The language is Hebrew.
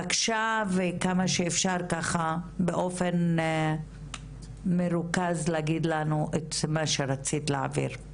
בבקשה וכמה שאפשר ככה באופן מרוכז להגיד לנו את מה שרצית להעביר.